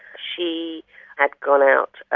she had gone out,